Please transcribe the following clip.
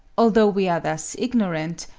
although we are thus ignorant,